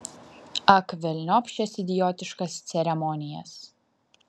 ak velniop šias idiotiškas ceremonijas